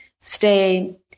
stay